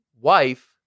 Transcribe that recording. wife